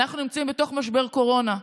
אנחנו נמצאים בתוך משבר קורונה.